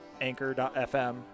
Anchor.fm